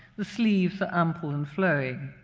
the sleeves are ample and flowing.